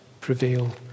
prevail